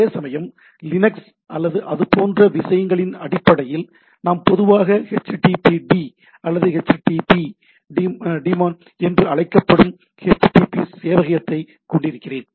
அதேசமயம் லினக்ஸ் அல்லது அது போன்ற விஷயங்களின் அடிப்படையில் நான் பொதுவாக "httpd" அல்லது http டீமான் என அழைக்கப்படும் http சேவையகத்தைக் கொண்டிருக்கிறேன்